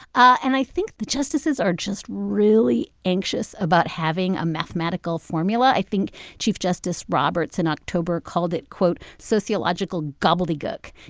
and i think the justices are just really anxious about having a mathematical formula. i think chief justice roberts in october called it, quote, sociological gobbledygook.